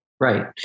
Right